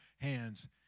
hands